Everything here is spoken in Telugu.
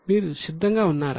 మీరు సిద్ధంగా ఉన్నారా